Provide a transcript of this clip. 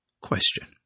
Question